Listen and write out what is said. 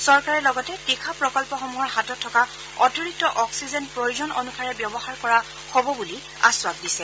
চৰকাৰে লগতে তীখা প্ৰকল্পসমূহৰ হাতত থকা অতিৰিক্ত অক্সিজেন প্ৰয়োজন অনুসাৰে ব্যৱহাৰ কৰা হ'ব বুলি আশ্বাস দিছে